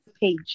Page